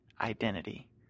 identity